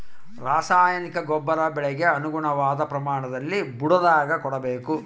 ರಾಸಾಯನಿಕ ಗೊಬ್ಬರ ಬೆಳೆಗೆ ಅನುಗುಣವಾದ ಪ್ರಮಾಣದಲ್ಲಿ ಬುಡದಾಗ ಕೊಡಬೇಕು